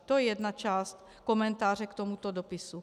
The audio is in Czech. To je jedna část komentáře k tomuto dopisu.